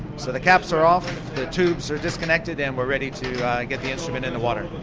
so the caps are off, the tubes are disconnected and we're ready to get the instrument in the water.